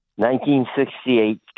1968